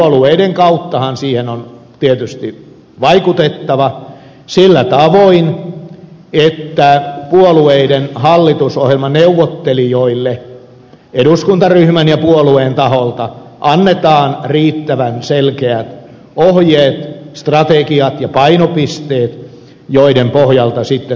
puolueiden kauttahan siihen on tietysti vaikutettava sillä tavoin että puolueiden hallitusohjelmaneuvottelijoille eduskuntaryhmän ja puolueen taholta annetaan riittävän selkeät ohjeet strategiat ja painopisteet joiden pohjalta hallitusneuvottelut käydään